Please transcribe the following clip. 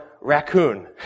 raccoon